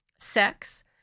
sex